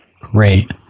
Great